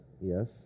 Yes